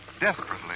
Desperately